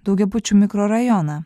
daugiabučių mikrorajoną